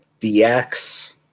DX